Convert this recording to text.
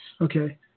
Okay